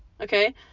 Okay